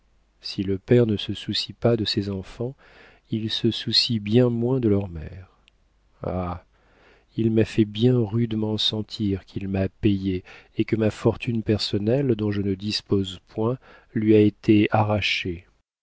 si le père ne se soucie pas de ses enfants il se soucie bien moins de leur mère ah il m'a fait bien rudement sentir qu'il m'a payée et que ma fortune personnelle dont je ne dispose point lui a été arrachée